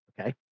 Okay